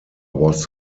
was